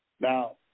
Now